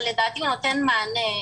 אבל לדעתי הוא נתן מענה.